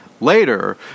later